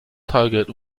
target